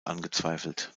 angezweifelt